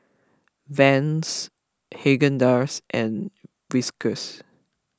Vans Haagen Dazs and Whiskas